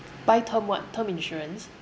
buy term what term insurance